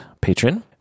patron